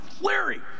Larry